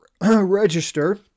Register